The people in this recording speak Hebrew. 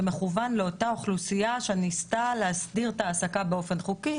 זה מכוון לאותה אוכלוסייה שניסתה להסדיר את ההעסקה באופן חוקי,